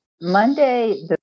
Monday